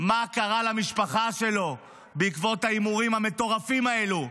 מה קרה למשפחה שלו בעקבות ההימורים המטורפים האלה,